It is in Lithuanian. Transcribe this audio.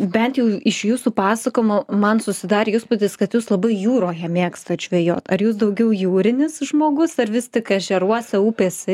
bent jau iš jūsų pasakojimo man susidarė įspūdis kad jūs labai jūroje mėgstat žvejot ar jūs daugiau jūrinis žmogus ar vis tik ežeruose upėse